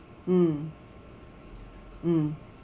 mm mm